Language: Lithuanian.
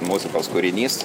muzikos kūrinys